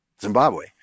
Zimbabwe